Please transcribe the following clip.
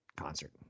concert